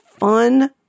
fun